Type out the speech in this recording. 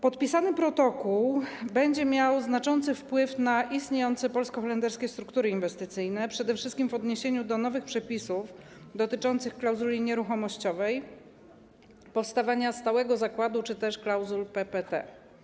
Podpisany protokół będzie miał znaczący wpływ na istniejące polsko-holenderskie struktury inwestycyjne, przede wszystkim w odniesieniu do nowych przepisów dotyczących klauzuli nieruchomościowej, powstawania stałego zakładu czy też klauzul PPT.